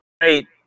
Hey